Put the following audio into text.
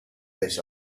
this